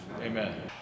Amen